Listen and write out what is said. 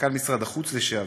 מנכ"ל משרד החוץ לשעבר.